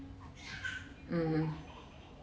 um